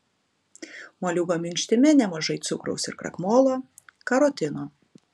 moliūgo minkštime nemažai cukraus ir krakmolo karotino